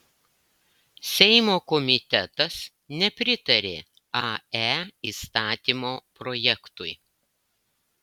seimo komitetas nepritarė ae įstatymo projektui